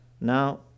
now